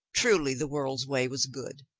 truly the world's way was good.